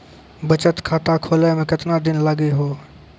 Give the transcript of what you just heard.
बचत खाता खोले मे केतना दिन लागि हो?